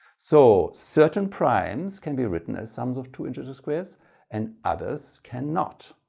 so certain primes can be written as sums of two integer squares and others cannot.